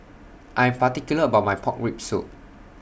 I'm particular about My Pork Rib Soup